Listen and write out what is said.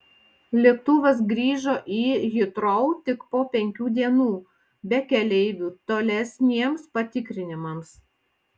lėktuvas grįžo į hitrou tik po penkių dienų be keleivių tolesniems patikrinimams